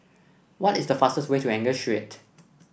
what is the fastest way to Angus Street